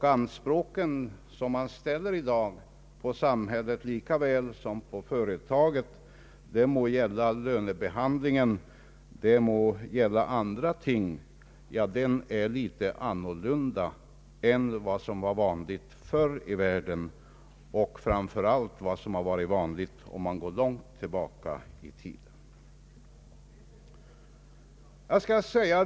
De anspråk som man ställer i dag på samhället lika väl som på företagen — det må gälla lönebehandlingen och det må gälla andra ting — är litet annorlunda än vad som var vanligt förr i världen och framför allt vad som var vanligt om man går långt tillbaka i tiden.